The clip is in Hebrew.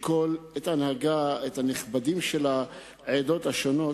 את הנכבדים של העדות השונות,